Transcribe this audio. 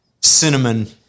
cinnamon